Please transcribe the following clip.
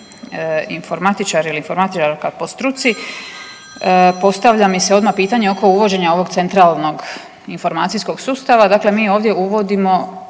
informatičar ili informatičarka po struci postavlja mi se odmah pitanje oko uvođenja ovog centralnog informacijskog sustava, dakle mi ovdje uvodimo